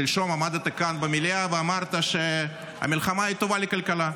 שלשום עמדת כאן במליאה ואמרת שהמלחמה טובה לכלכלה.